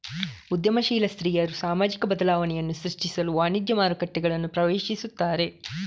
ಉದ್ಯಮಶೀಲ ಸ್ತ್ರೀಯರು ಸಾಮಾಜಿಕ ಬದಲಾವಣೆಯನ್ನು ಸೃಷ್ಟಿಸಲು ವಾಣಿಜ್ಯ ಮಾರುಕಟ್ಟೆಗಳನ್ನು ಪ್ರವೇಶಿಸುತ್ತಾರೆ